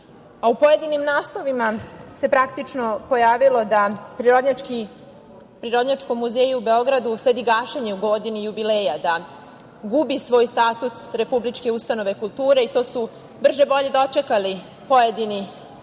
pojedinim naslovima se praktično pojavilo da Prirodnjačkom muzeju u Beogradu sledi gašenje u godini jubileja, da gubi svoj status republičke ustanove kulture i to su brže bolje dočekali pojedini opozicioni